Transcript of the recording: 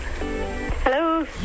Hello